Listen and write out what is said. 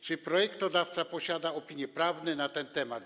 Czy projektodawca posiada opinie prawne na ten temat?